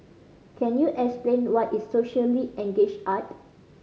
can you explain what is socially engaged art